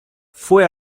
fue